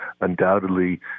Undoubtedly